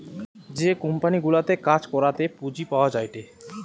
যে কোম্পানি গুলাতে কাজ করাতে পুঁজি পাওয়া যায়টে